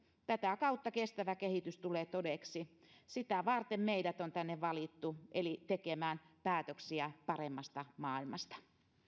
tätä kautta kestävä kehitys tulee todeksi sitä varten meidät on tänne valittu eli tekemään päätöksiä paremmasta maailmasta